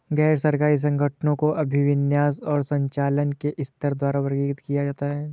गैर सरकारी संगठनों को अभिविन्यास और संचालन के स्तर द्वारा वर्गीकृत किया जाता है